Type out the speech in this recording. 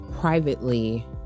privately